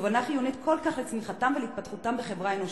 תובנה חיונית כל כך לצמיחתם ולהתפתחותם בחברה אנושית.